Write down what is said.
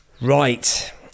Right